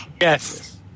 Yes